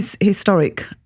historic